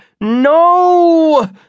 No